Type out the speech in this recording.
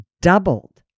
doubled